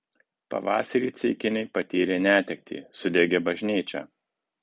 pavasarį ceikiniai patyrė netektį sudegė bažnyčia